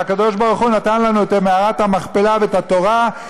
הקדוש ברוך הוא נתן לנו את מערת המכפלה ואת התורה,